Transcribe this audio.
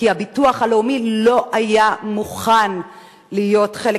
כי הביטוח הלאומי לא היה מוכן להיות חלק